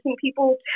people